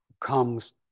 comes